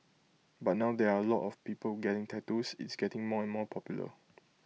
but now there are A lot of people getting tattoos it's getting more and more popular